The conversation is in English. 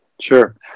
Sure